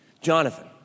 Jonathan